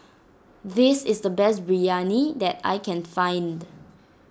this is the best Biryani that I can find